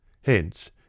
hence